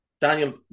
Daniel